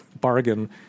bargain